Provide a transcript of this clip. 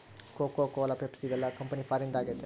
Coca Cola Pepsi ಇವೆಲ್ಲ company ಫಾರಿನ್ದು ಆಗೈತೆ